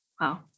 Wow